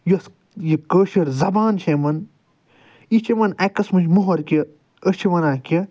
یۄس یہِ کٲشر زبان چھِ یِمن یہِ چھِ یِمن اکہِ قٕسمٕچ مہر کہِ أسۍ چھِ ونان کہِ